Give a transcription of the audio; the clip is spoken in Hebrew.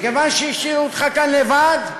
מכיוון שהשאירו אותך כאן לבד,